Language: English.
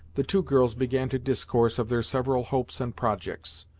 the two girls began to discourse of their several hopes and projects.